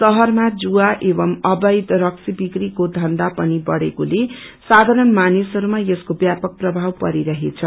शहरमा जुवा एवम् अवैध रकसी विक्रीको धन्य पनि बढ़ेको साधारण मानिसहरूमा यसको व्यापक प्रभाव पड़िरहेछ